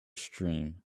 stream